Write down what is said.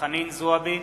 חנין זועבי,